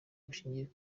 bushingiye